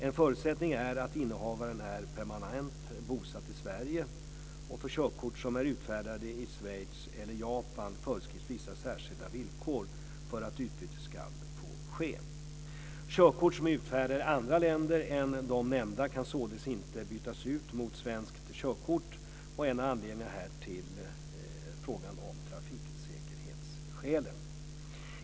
En förutsättning är att innehavaren är permanent bosatt i Sverige. För körkort som är utfärdade i Schweiz eller Japan föreskrivs vissa särskilda villkor för att utbyte ska få ske. Körkort som är utfärdade i andra länder än de nämnda kan således inte bytas ut mot ett svenskt körkort med hänvisning till frågan om trafiksäkerhetsskäl.